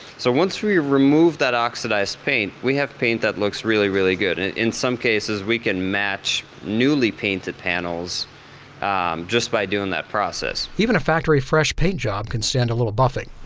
so once we remove that oxidized paint, we have paint that looks really, really good. and in some cases we can match newly painted to panels just by doing that process. even a factory fresh paint job can stand a little buffing.